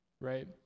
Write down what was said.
right